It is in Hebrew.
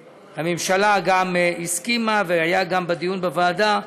הממשלה גם הסכימה, והיה גם בדיון בוועדה,